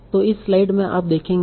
तो इस स्लाइड में आप देखेंगे